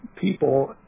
people